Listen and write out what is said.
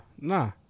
Nah